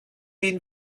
been